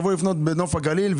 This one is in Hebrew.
נוף הגליל,